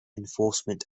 enforcement